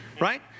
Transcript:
Right